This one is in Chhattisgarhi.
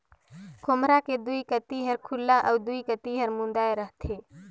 खोम्हरा के दुई कती हर खुल्ला अउ दुई कती हर मुदाए रहथे